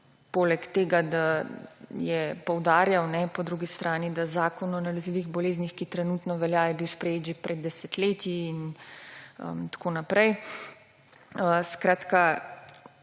poleg tega da je poudarjal po drugi strani, da Zakon o nalezljivih boleznih, ki trenutno velja, je bil sprejet že pred desetletji in tako naprej. Odgovor